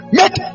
make